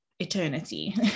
Eternity